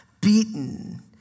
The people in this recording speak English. beaten